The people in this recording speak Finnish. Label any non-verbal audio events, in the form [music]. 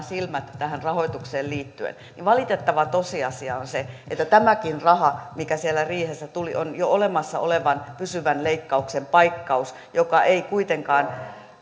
[unintelligible] silmät tähän rahoitukseen liittyen niin valitettava tosiasia on se että tämäkin raha mikä siellä riihessä tuli on jo olemassa olevan pysyvän leikkauksen paikkaus joka ei kuitenkaan